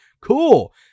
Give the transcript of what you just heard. Cool